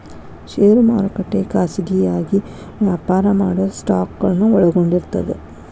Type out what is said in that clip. ಷೇರು ಮಾರುಕಟ್ಟೆ ಖಾಸಗಿಯಾಗಿ ವ್ಯಾಪಾರ ಮಾಡೊ ಸ್ಟಾಕ್ಗಳನ್ನ ಒಳಗೊಂಡಿರ್ತದ